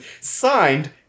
Signed